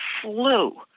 flew